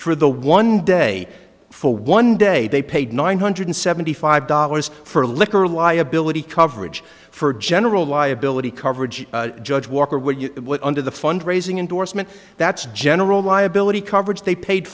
for the one day for one day they paid nine hundred seventy five dollars for a liquor liability coverage for general liability coverage judge walker with what under the fund raising indorsement that's general liability coverage they paid